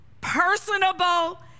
personable